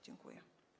Dziękuję.